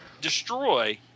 destroy